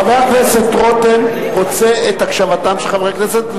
חבר הכנסת רותם רוצה את הקשבתם של חברי הכנסת,